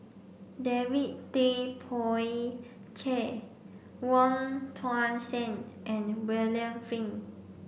David Tay Poey Cher Wong Tuang Seng and William Flint